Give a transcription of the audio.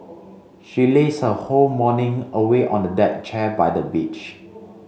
she lazed her whole morning away on a deck chair by the beach